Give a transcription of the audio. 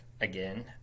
again